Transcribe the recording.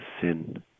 sin